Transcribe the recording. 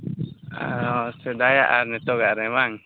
ᱚ ᱥᱮᱫᱟᱭᱟᱜ ᱟᱨ ᱱᱤᱛᱚᱜᱟᱜ ᱨᱮ ᱵᱟᱝ